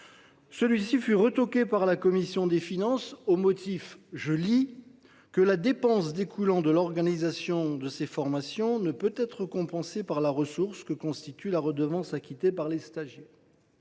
déclaré irrecevable par la commission des finances au motif que « la dépense découlant de l’organisation de ces formations ne [pouvait] être compensée par la ressource que constitue la redevance acquittée par les stagiaires